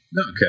Okay